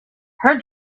her